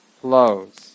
flows